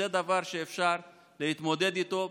זה דבר שאפשר להתמודד איתו.